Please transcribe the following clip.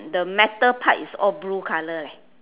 the metal part is all blue colour eh